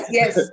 yes